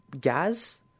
gas